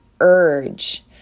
urge